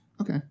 Okay